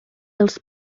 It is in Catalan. els